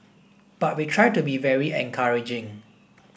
but we try to be very encouraging